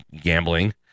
gambling